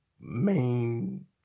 main